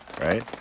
right